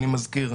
אני מזכיר.